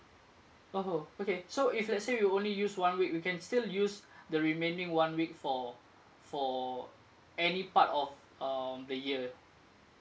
!oho! okay so if let's say you only use one week we can still use the remaining one week for for any part of um the year